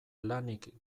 lanik